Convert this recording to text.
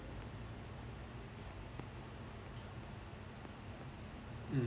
mm